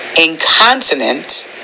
incontinent